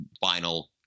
final